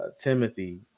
Timothy